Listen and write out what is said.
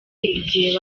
igihe